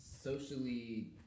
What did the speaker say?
socially